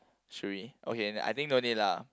should we okay I think no need lah